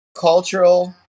cultural